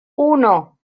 uno